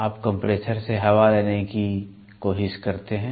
आप कंप्रेसर से हवा लेने की कोशिश करते हैं